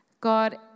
God